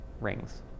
rings